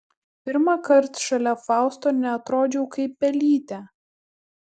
pirmąkart šalia fausto neatrodžiau kaip pelytė